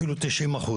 אפילו 90%,